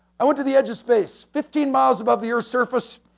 i went to the edge of space, fifteen miles above the earth's surface,